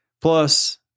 Plus